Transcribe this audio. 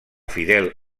fidel